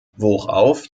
worauf